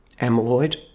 amyloid